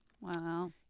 Wow